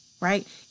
right